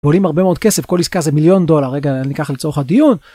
הם עולים הרבה מאוד כסף. כל עסקה זה מיליון דולר רגע ניקח לצורך הדיון.